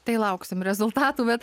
tai lauksim rezultatų bet